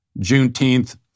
Juneteenth